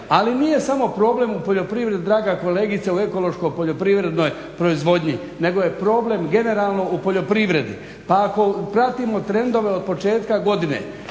Ali nije samo problem u poljoprivredi draga kolegici, u ekološko poljoprivrednoj proizvodnji, nego je problem generalno u poljoprivredi. Pa ako pratimo trendove od početka godine,